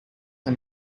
and